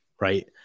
right